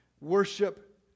Worship